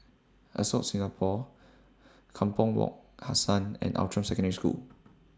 Ascott Singapore Kampong Wak Hassan and Outram Secondary School